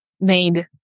made